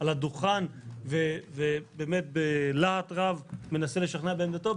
על הדוכן ובלהט רב מנסה לשכנע בעמדתו,